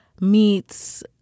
meets